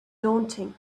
daunting